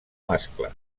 mascle